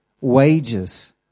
wages